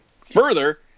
Further